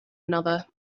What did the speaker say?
another